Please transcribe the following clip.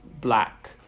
Black